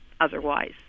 otherwise